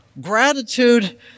gratitude